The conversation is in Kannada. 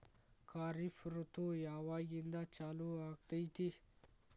ಖಾರಿಫ್ ಋತು ಯಾವಾಗಿಂದ ಚಾಲು ಆಗ್ತೈತಿ?